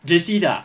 J_C 的